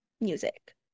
music